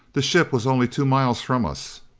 the ship was only two miles from us,